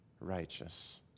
righteous